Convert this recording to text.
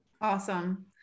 Awesome